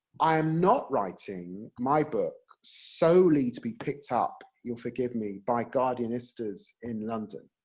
i am not writing my book solely to be picked up, you'll forgive me, by guardianistas in london.